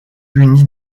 puni